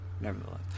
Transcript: Nevertheless